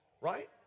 right